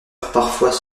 parfois